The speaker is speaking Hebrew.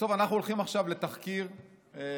בסוף אנחנו הולכים עכשיו לתחקיר במשרד